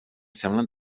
semblen